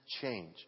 change